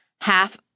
half